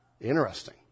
Interesting